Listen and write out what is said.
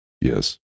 Yes